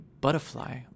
butterfly